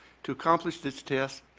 to accomplish this test,